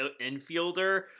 infielder